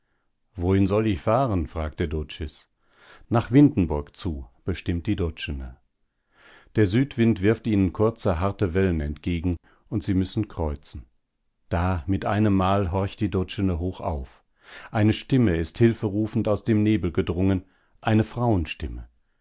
wohin soll ich fahren fragt der doczys nach windenburg zu bestimmt die doczene der südwind wirft ihnen kurze harte wellen entgegen und sie müssen kreuzen da mit einemmal horcht die doczene hoch auf eine stimme ist hilferufend aus dem nebel gedrungen eine frauenstimme